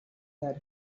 that